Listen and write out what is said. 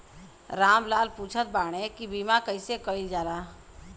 राम लाल पुछत बाड़े की बीमा कैसे कईल जाला?